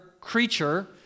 creature